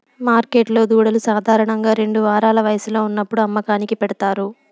మార్కెట్లో దూడలు సాధారణంగా రెండు వారాల వయస్సులో ఉన్నప్పుడు అమ్మకానికి పెడతారు